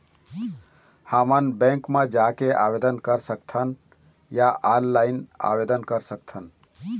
हमन बैंक मा जाके आवेदन कर सकथन या ऑनलाइन आवेदन कर सकथन?